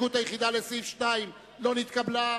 וההסתייגות היחידה לסעיף 2 לא נתקבלה,